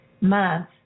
month